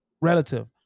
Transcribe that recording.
relative